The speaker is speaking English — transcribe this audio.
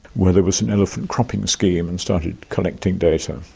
where there was an elephant cropping scheme, and started collecting data.